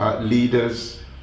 leaders